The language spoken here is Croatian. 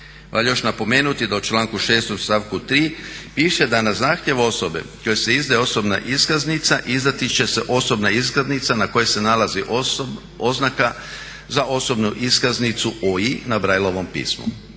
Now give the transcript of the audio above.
Valja još napomenuti da u članku 6.stavku 3.piše da na zahtjev osobe kojoj se izdaje osobna iskaznica izdati će se osobna iskaznica na kojoj se nalazi oznaka za osobnu iskaznicu OI na brailleovom pismu.